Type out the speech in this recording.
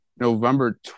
November